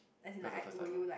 because the first time ah